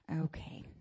Okay